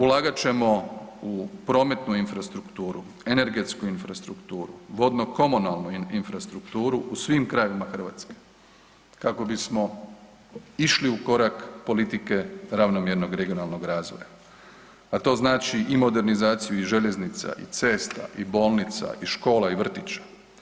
Ulagat ćemo u prometnu infrastrukturu, energetsku infrastrukturu, vodno komunalnu infrastrukturu u svim krajevima Hrvatske kako bismo išli u korak politike ravnomjernog regionalnog razvoja, a to znači i modernizaciju i željeznica i cesta i bolnica i škola i vrtića.